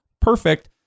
perfect